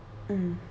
mm